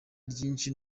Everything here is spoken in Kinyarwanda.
ryinshi